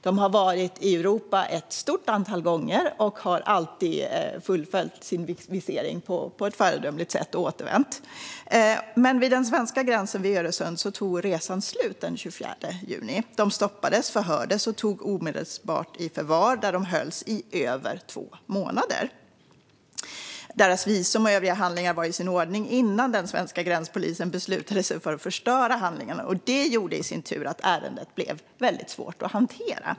De har varit i Europa ett stort antal gånger, och de har alltid fullföljt sin visering på ett föredömligt sätt och återvänt. Men vid den svenska gränsen vid Öresund tog resan slut den 24 juni. Bröderna stoppades, förhördes och togs omedelbart i förvar, där de hölls i över två månader. Deras visum och övriga handlingar var i sin ordning innan den svenska gränspolisen bestämde sig för att förstöra handlingarna. Det gjorde att ärendet blev väldigt svårt att hantera.